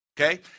Okay